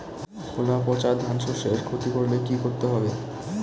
খোলা পচা ধানশস্যের ক্ষতি করলে কি করতে হবে?